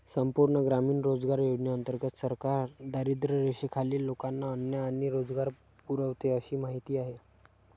संपूर्ण ग्रामीण रोजगार योजनेंतर्गत सरकार दारिद्र्यरेषेखालील लोकांना अन्न आणि रोजगार पुरवते अशी माहिती आहे